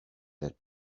that